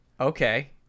okay